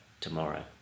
tomorrow